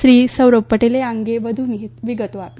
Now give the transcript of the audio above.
શ્રી સૌરભ પટેલે આ અંગે વધુ વિગતો આપી